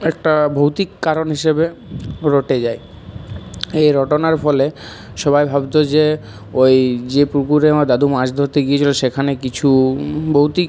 একটা ভৌতিক কারণ হিসেবে রটে যায় এই রটনার ফলে সবাই ভাবতো যে ঐ যে পুকুরে আমার দাদু মাছ ধরতে গিয়েছিলো সেখানে কিছু ভৌতিক